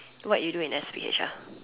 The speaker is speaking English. what you do in S_P_H ah